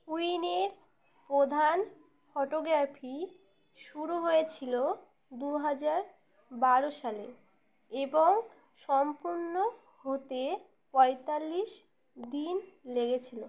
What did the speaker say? কুইনের প্রধান ফটোগ্রাফি শুরু হয়েছিলো দু হাজার বারো সালে এবং সম্পূর্ণ হতে পঁয়তাল্লিশ দিন লেগেছিলো